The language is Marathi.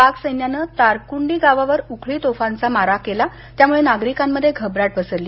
पाक सैन्यानं तारकुंडी गावावर उखळी तोफांचा मारा केला त्यामुळे नागरिकांमध्ये घबराट पसरली